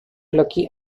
lucky